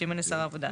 שימנה שר העבודה.